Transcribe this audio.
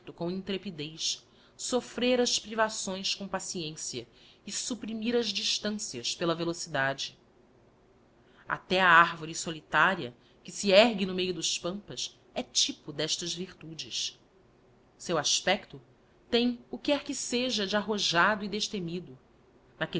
com intrepidez sofifrer as privações com paciência e supprimir as distancias pela velocidade até a arvore solitária que se ergue no meio do pampas é typo destas virtudes seu aspecto tem o quer que seja de arrojado e destemido